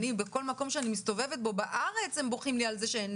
בכל מקום שאני מסתובבת בו בארץ בוכים על זה שאין